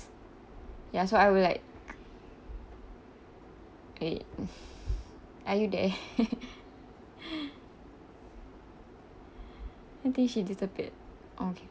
ya so I will like eh are you there I think she disappeared okay